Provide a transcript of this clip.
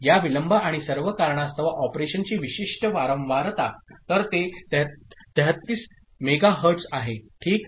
या विलंब आणि सर्व कारणास्तव ऑपरेशनची विशिष्ट वारंवारतातर ते 33 मेगाहेर्ट्झ आहे ठीक